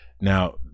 now